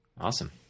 awesome